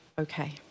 okay